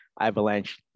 Avalanche